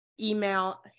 email